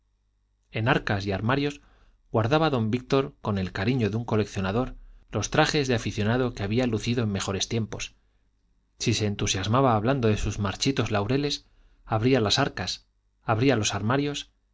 en arcas y armarios guardaba don víctor con el cariño de un coleccionador los trajes de aficionado que había lucido en mejores tiempos si se entusiasmaba hablando de sus marchitos laureles abría las arcas abría los armarios